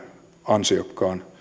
ansiokkaan